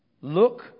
Look